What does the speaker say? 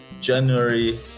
January